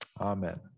Amen